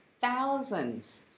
thousands